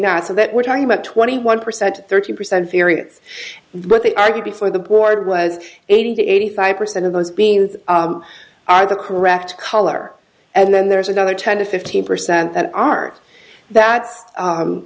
not so that we're talking about twenty one percent to thirty percent variance what they argued before the board was eighty to eighty five percent of those beans are the correct color and then there's another ten to fifteen percent that are that